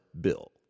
Bill